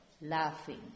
laughing